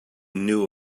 knew